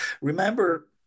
Remember